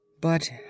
But